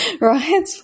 Right